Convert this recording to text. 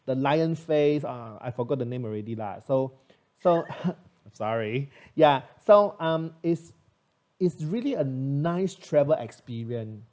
the lion face ah I forgot the name already lah so so sorry ya so um is is really a nice travel experience